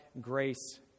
grace